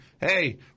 hey